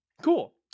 cool